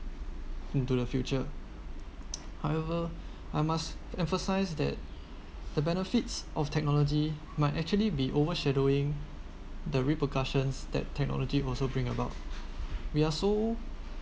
into the future however I must emphasize that the benefits of technology might actually be overshadowing the repercussions that technology also bring about we are so